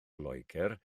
loegr